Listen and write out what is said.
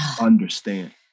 understand